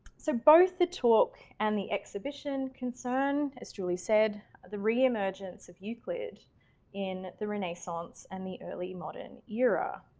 so both the talk and the exhibition concern as julie said the re-emergence of euclid in the renaissance and the early modern era.